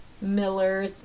Miller